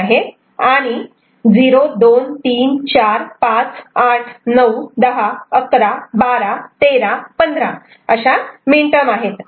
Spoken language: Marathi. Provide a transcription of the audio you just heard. इथे 0 2 3 4 5 8 9 10 11 12 13 15 या मीन टर्म आहेत